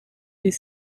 est